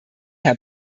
herr